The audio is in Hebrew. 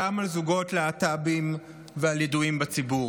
גם על זוגות להט"בים ועל ידועים בציבור.